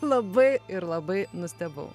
labai ir labai nustebau